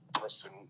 person